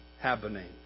happening